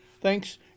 Thanks